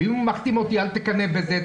ואם הוא מחתים אותי על תקנא בזה.